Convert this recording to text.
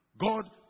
god